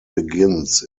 begins